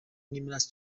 numerous